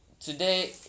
today